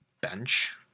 bench